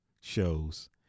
shows